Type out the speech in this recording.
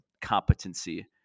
competency